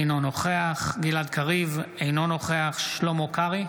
אינו נוכח גלעד קריב, אינו נוכח שלמה קרעי,